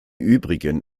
übrigen